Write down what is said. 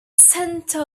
center